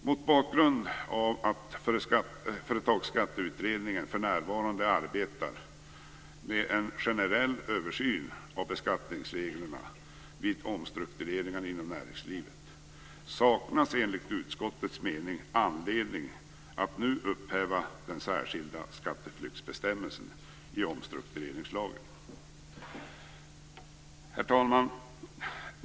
Mot bakgrund av att Företagsskatteutredningen för närvarande arbetar med en generell översyn av beskattningsreglerna vid omstruktureringar inom näringslivet saknas det enligt utskottets mening anledning att nu upphäva den särskilda skatteflyktsbestämmelsen i omstruktureringslagen.